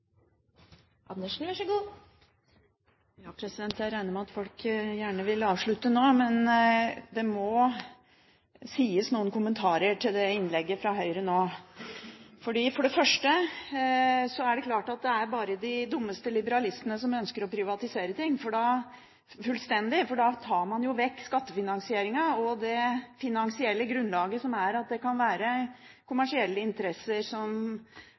Jeg regner med at folk gjerne vil avslutte nå, men det må gis kommentarer til det innlegget fra Høyre nå. For det første er det klart at det er bare de dummeste liberalistene som ønsker å privatisere ting fullstendig, for da tar man jo vekk skattefinansieringen og det finansielle grunnlaget som gjør at det kan være kommersielle interesser som